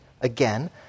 again